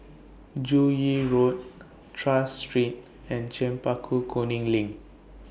Joo Yee Road Tras Street and Chempaka Kuning LINK